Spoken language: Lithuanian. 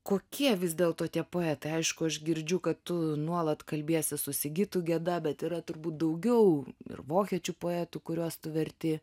kokie vis dėlto tie poetai aišku aš girdžiu kad tu nuolat kalbiesi su sigitu geda bet yra turbūt daugiau ir vokiečių poetų kuriuos tu verti